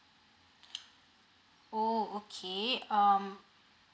oh okay um